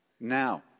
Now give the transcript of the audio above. Now